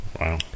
Wow